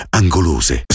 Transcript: angolose